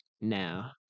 now